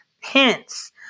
Hence